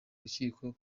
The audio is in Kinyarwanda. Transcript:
rukiko